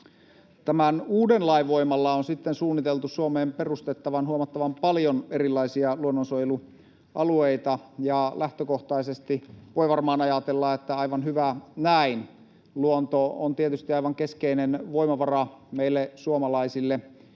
Tämän uuden lain voimalla on suunniteltu Suomeen perustettavan huomattavan paljon erilaisia luonnonsuojelualueita, ja lähtökohtaisesti voi varmaan ajatella, että aivan hyvä näin. Luonto on tietysti aivan keskeinen voimavara meille suomalaisille: